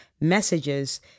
messages